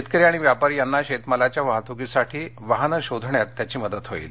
शेतकरी आणि व्यापारी यांना शेतमालाच्या वाहतुकीसाठी वाहनं शोधण्यात याची मदत होईल